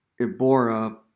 Ibora